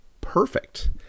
perfect